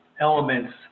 elements